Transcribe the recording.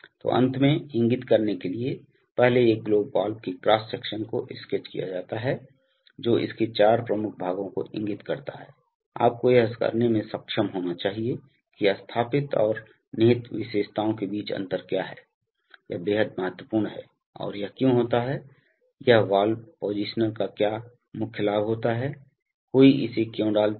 तो अंत में इंगित करने के लिए पहले एक ग्लोब वाल्व के क्रॉस सेक्शन को स्केच किया जाता है जो इसके चार प्रमुख भागों को इंगित करता है आपको यह करने में सक्षम होना चाहिए कि स्थापित और निहित विशेषताओं के बीच अंतर क्या है यह बेहद महत्वपूर्ण है और यह क्यूं होता है एक वाल्व पॉजिशनर का क्या मुख्य लाभ होता है कोई इसे क्यों डालता है